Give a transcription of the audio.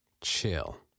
chill